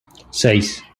seis